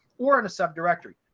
or in a subdirectory.